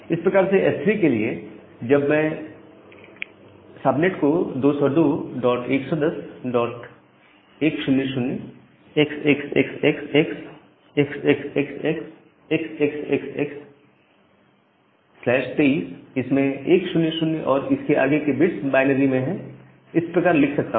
इसी प्रकार से S3 के लिए मैं सब नेट को 202110100xxxxxxxxxxxxx23 इसमें 100 और इसके आगे के बिट्स बायनरी में है इस प्रकार लिख सकता हूं